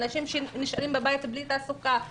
לאנשים שנשארים בבית בלי --- נשים,